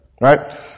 Right